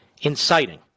Inciting